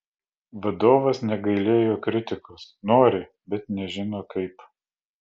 vadovas negailėjo kritikos nori bet nežino kaip